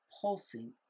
pulsing